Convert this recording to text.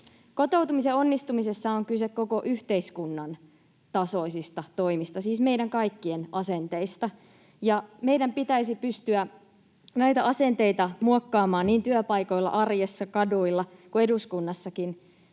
Kotoutumisen onnistumisessa on kyse koko yhteiskunnan tasoisista toimista, siis meidän kaikkien asenteista, ja meidän pitäisi pystyä näitä asenteita muokkaamaan niin työpaikoilla, arjessa, kaduilla kuin eduskunnassakin